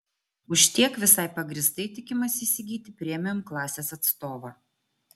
už tiek visai pagrįstai tikimasi įsigyti premium klasės atstovą